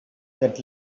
that